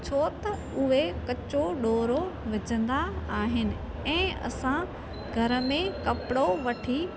छो त उहे कचो ॾोरो विझंदा आहिनि ऐं असां घर में कपिड़ो वठी